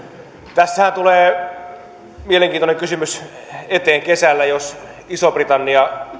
tässähän tulee mielenkiintoinen kysymys eteen kesällä jos iso britannia